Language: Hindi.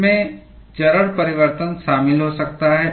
इसमें चरण परिवर्तन शामिल हो सकता है